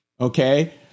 okay